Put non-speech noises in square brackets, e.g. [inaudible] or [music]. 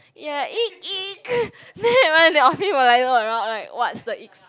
ya [noise] then everyone in the office will like look around like what's the [noise] sound